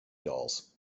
dolls